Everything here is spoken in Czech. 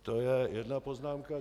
To je jedna poznámka.